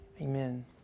Amen